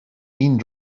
این